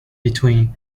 between